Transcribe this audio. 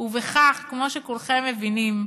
ובכך, כמו שכולכם מבינים,